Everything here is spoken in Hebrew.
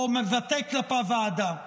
או מבטא כלפיו אהדה.